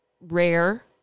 rare